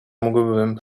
mógłbym